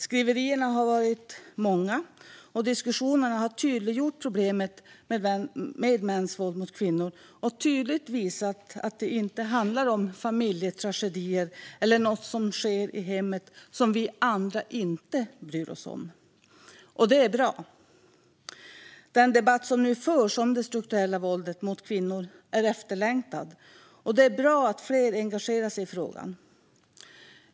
Skriverierna har varit många, och diskussionerna har tydliggjort problemet med mäns våld mot kvinnor och tydligt visat att familjetragedier och annat som sker i hemmet inte är något som vi andra inte bryr oss om. Det är bra. Den debatt som nu förs om det strukturella våldet mot kvinnor är efterlängtad, och det är bra att fler engagerar sig i frågan.